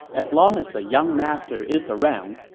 as long as the young master is around,